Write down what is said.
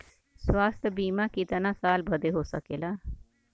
स्वास्थ्य बीमा कितना साल बदे हो सकेला?